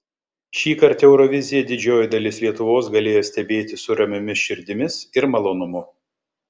šįkart euroviziją didžioji dalis lietuvos galėjo stebėti su ramiomis širdimis ir malonumu